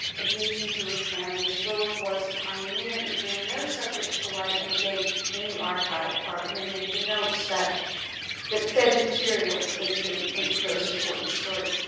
abuse in jewish families lilith was a pioneer in bringing those subjects to light, and again in the archive are many of the notes that that fed materials into into those important stories.